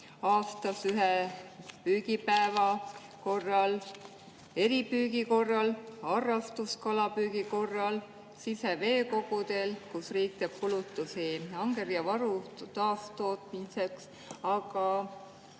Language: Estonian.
aastas ühe püügipäeva korral, eripüügi korral, harrastuskalapüügi korral, siseveekogudel, kus riik teeb kulutusi angerjavaru taastootmiseks.